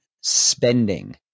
spending